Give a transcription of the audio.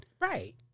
Right